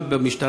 גם במשטרה,